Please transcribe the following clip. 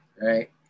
right